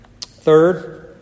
Third